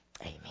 Amen